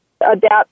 Adapt